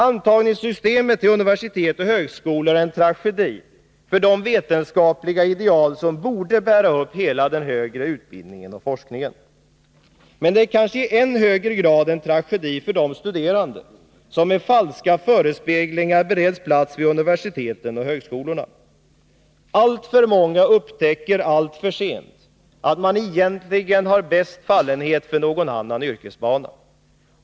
Systemet för antagning till universitet och högskolor är en tragedi för de vetenskapliga ideal som borde bära upp hela den högre utbildningen och forskningen. Men det är kanske i än högre grad en tragedi för de studerande som med falska förespeglingar bereds plats vid universiteten och högskolorna. Alltför många upptäcker alltför sent att de egentligen har bäst fallenhet för någon annan yrkesbana.